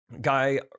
Guy